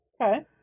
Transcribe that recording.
Okay